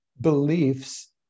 beliefs